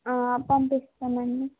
పంపిస్తామండి